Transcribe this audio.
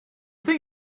thing